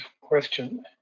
question